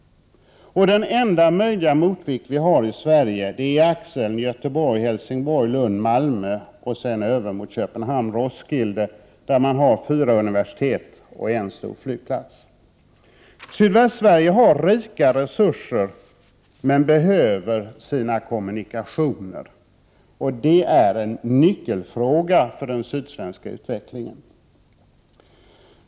Den enda möjliga motvikt vi har i Sverige är axeln Göteborg-Helsingborg-Lund Malmö och sedan över mot Köpenhamn-Roskilde, där man har fyra universitet och en stor flygplats. Sydvästsverige har rika resurser, men behöver sina kommunikationer. Det är en nyckelfråga för den sydsvenska utvecklingen.